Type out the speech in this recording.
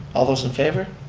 all those in favor?